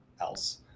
else